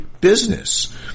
business